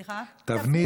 נכון.